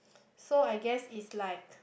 so I guess is like